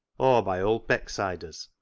or by old becksiders,